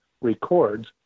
records